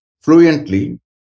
fluently